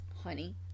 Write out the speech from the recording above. honey